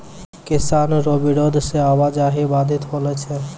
किसानो रो बिरोध से आवाजाही बाधित होलो छै